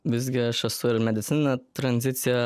visgi aš esu ir medicininę tranziciją